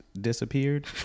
disappeared